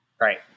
Right